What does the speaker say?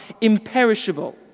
imperishable